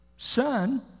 Son